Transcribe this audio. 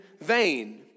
vain